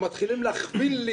מתחילים להכווין לי.